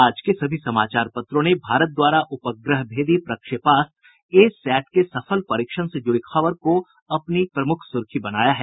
आज के सभी समाचार पत्रों ने भारत द्वारा उपग्रह भेदी प्रक्षेपास्त्र ए सैट के सफल परीक्षण से जुड़ी खबर को अपनी प्रमुख सुर्खी बनाया है